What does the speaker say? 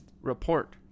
report